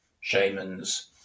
shamans